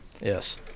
Yes